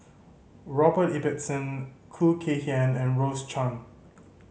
Robert Ibbetson Khoo Kay Hian and Rose Chan